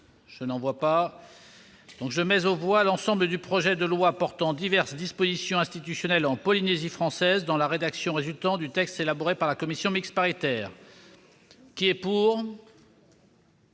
je vais mettre aux voix l'ensemble du projet de loi portant diverses dispositions institutionnelles en Polynésie française dans la rédaction résultant du texte élaboré par la commission mixte paritaire. Personne